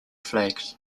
flags